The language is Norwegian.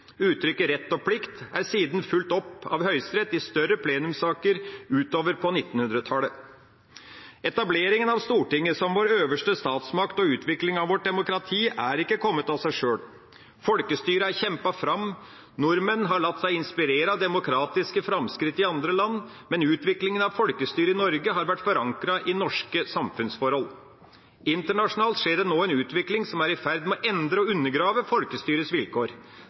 Uttrykket «rett og plikt» ble siden fulgt opp av Høyesterett i større plenumssaker utover på 1900-tallet. Etableringa av Stortinget som vår øverste statsmakt og utviklinga av vårt demokrati er ikke kommet av seg sjøl. Folkestyret er kjempet fram. Nordmenn har latt seg inspirere av demokratiske framskritt i andre land, men utviklinga av folkestyret i Norge har vært forankret i norske samfunnsforhold. Internasjonalt skjer det nå en utvikling som er i ferd med å endre og undergrave folkestyrets vilkår.